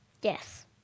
Yes